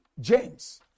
James